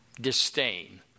Disdain